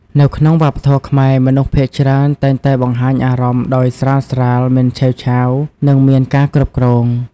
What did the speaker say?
នៅក្នុងវប្បធម៌ខ្មែរ មនុស្សភាគច្រើនតែងតែបង្ហាញអារម្មណ៍ដោយស្រាលៗ មិនឆេវឆាវ និងមានការគ្រប់គ្រង។